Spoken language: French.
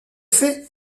fait